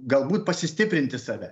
galbūt pasistiprinti save